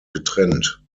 getrennt